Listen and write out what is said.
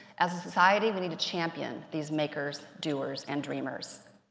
as a society, we need to champion these makers, doers and dreamers.